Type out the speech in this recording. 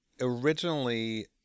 originally